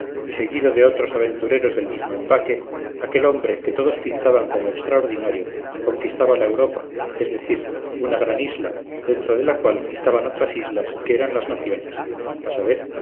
y seguido de otros aventureros del mismo empaque aquel hombre que todos pintaban como extraordinario conquistaba la europa es decir una gran isla dentro de la cual estaban otras islas que eran las naciones a saber